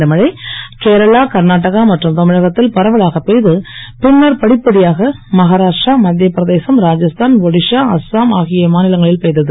இந்த மழை கேரளா கர்நாடகா மற்றும் தமிழகத்தில் பரவலாக பெய்து பின்னர் படிப்படியாக மகாராஷ்டிரா மத்திய பிரதேசம் ராஜஸ்தான் ஒடிஷா அஸ்ஸாம் ஆகிய மாநிலங்களில் பெய்தது